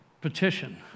petition